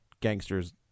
gangsters